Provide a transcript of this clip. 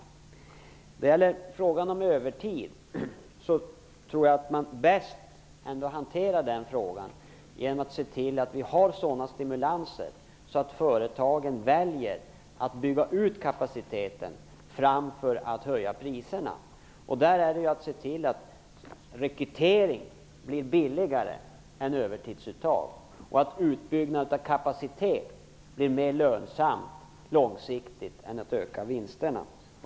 När det gäller frågan om övertid tror jag att man bäst hanterar den genom att se till att ha sådana stimulanser att företagen väljer att bygga ut kapaciteten framför att höja priserna. Då gäller det att se till att rekrytering blir billigare än övertidsuttag och att utbyggnad av kapacitet långsiktigt blir mer lönsamt än att öka vinsterna.